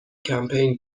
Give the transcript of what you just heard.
کمپین